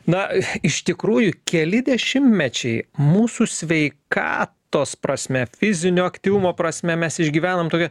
na iš tikrųjų keli dešimtmečiai mūsų sveikatos prasme fizinio aktyvumo prasme mes išgyvenam tokią